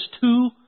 two